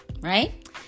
right